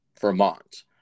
Vermont